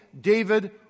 David